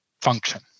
function